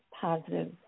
positive